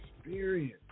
experience